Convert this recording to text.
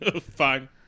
fine